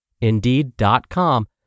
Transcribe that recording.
Indeed.com